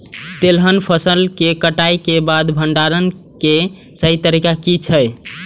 तेलहन फसल के कटाई के बाद भंडारण के सही तरीका की छल?